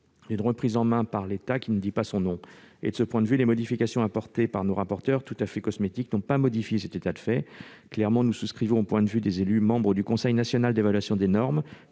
et d'une reprise en main par l'État qui ne dit pas son nom. Les modifications apportées par nos rapporteurs, tout à fait cosmétiques, n'ont pas modifié cet état de fait. Nous souscrivons au point de vue des élus membres du Conseil national d'évaluation des normes,